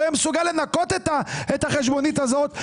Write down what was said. יהיה מסוגל לנכות את החשבונית הזאת,